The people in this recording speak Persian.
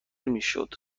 میشد